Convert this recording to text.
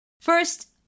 First